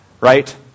Right